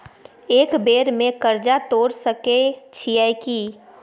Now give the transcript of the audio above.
एक बेर में कर्जा तोर सके छियै की?